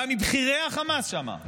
הוא היה מבכירי החמאס שם.